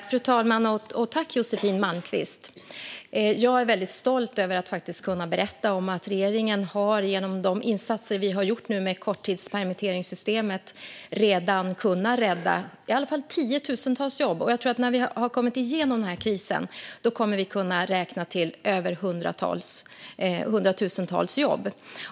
Fru talman! Jag tackar Josefin Malmqvist för frågan. Jag är mycket stolt över att kunna berätta att regeringen genom de insatser som vi har gjort genom korttidspermitteringssystemet redan kan rädda i alla fall tiotusentals jobb. När vi har kommit igenom denna kris kommer vi att kunna räkna över hundratusentals jobb.